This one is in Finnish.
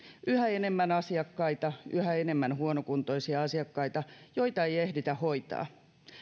yhä enemmän asiakkaita yhä enemmän huonokuntoisia asiakkaita joita ei ehditä hoitaa